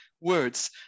words